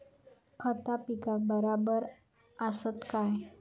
खता पिकाक बराबर आसत काय?